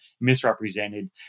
misrepresented